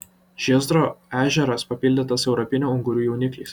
žiezdro ežeras papildytas europinių ungurių jaunikliais